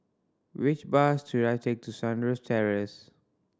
which bus should I take to Sunrise Terrace